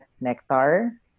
Nectar